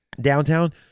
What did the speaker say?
Downtown